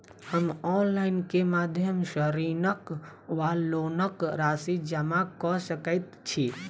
हम ऑनलाइन केँ माध्यम सँ ऋणक वा लोनक राशि जमा कऽ सकैत छी?